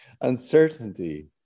Uncertainty